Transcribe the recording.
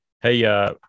Hey